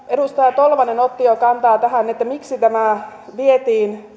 edustaja tolvanen otti jo kantaa tähän että miksi tämä vietiin